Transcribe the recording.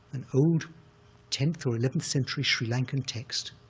an old tenth or eleventh century sri lankan text,